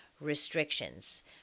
restrictions